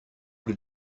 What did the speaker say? did